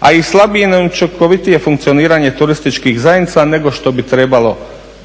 a i slabije i neučinkovitije funkcioniranje turističkih zajednica nego što bi trebalo